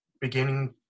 beginning